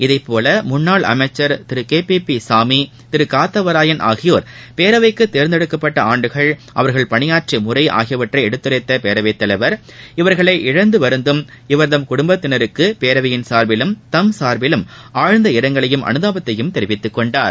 இதைப்போல முன்னாள் அமைச்சா் Thiru K P P Samy Thiru Kathavarayan ஆகியோர் பேரவைக்கு தேர்ந்தெடுக்கப்பட்ட ஆண்டுகள் அவர்கள் பணிபாற்றிய முறை ஆகியவற்றை எடுத்துரைத்த பேரவைத்தலைவர் இவர்களை இழந்து வருந்தும் இவர் தம் குடும்பத்தினருக்கு பேரவையின் சார்பிலும் தம் சார்பிலும் ஆழந்த இரங்கலையும் அனுதாபத்தையும் தெரிவித்துக் கொண்டார்